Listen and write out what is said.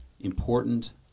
important